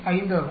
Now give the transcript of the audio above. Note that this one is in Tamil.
55 ஆகும்